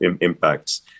impacts